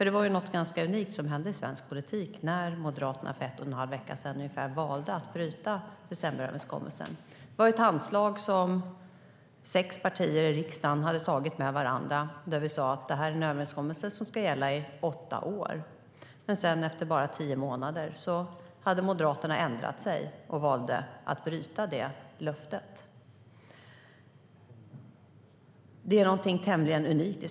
Det var något ganska unikt som hände i svensk politik när Moderaterna för en och en halv vecka sedan valde att bryta decemberöverenskommelsen. Det var ett handslag mellan sex partier i riksdagen om en överenskommelse som skulle gälla i åtta år. Efter bara tio månader hade Moderaterna ändrat sig och valde att bryta detta löfte.